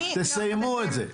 תסיימו את זה.